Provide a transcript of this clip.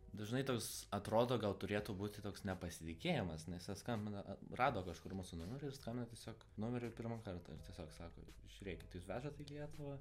dažnai toks atrodo gal turėtų būti toks nepasitikėjimas nes jie skambina rado kažkur mūsų numerį ir skambina tiesiog numeriu pirmą kartą ir tiesiog sako žiūrėkit jūs vežat į lietuvą